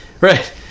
Right